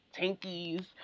tankies